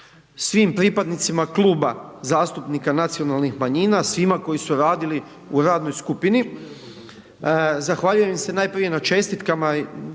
svim pripadnicima Kluba zastupnika nacionalnih manjina, svima koji su radili u radnoj skupini, zahvaljujem im se najprije na čestitkama